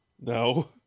No